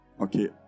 Okay